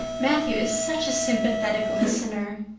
matthew is such a sympathetic listener.